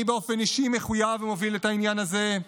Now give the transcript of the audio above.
אני באופן אישי מחויב להוביל את העניין הזה,